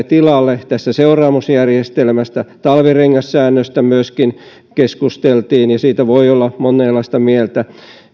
tilalle tässä seuraamusjärjestelmässä talvirengassäännöstä myöskin keskusteltiin ja siitä voi olla monenlaista mieltä